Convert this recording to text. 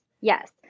Yes